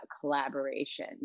collaboration